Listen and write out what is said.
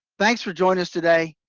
thanks for joining us today,